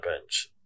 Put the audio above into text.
bench